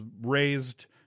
raised